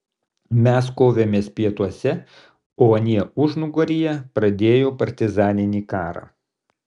mes kovėmės pietuose o anie užnugaryje pradėjo partizaninį karą